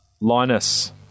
Linus